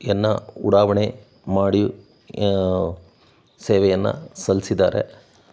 ಯನ್ನು ಉಡಾವಣೆ ಮಾಡಿಯೂ ಸೇವೆಯನ್ನು ಸಲ್ಲಿಸಿದ್ದಾರೆ